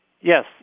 Yes